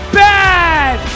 bad